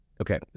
Okay